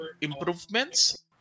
improvements